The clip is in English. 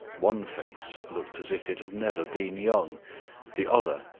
one face looked as if it had never been young the other,